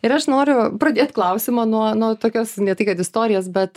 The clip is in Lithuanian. ir aš noriu pradėt klausimą nuo nuo tokios ne tai kad istorijas bet